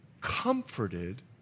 comforted